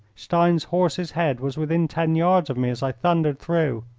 stein's horse's head was within ten yards of me as i thundered through.